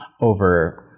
over